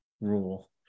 rule